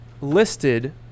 listed